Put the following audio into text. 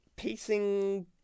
Pacing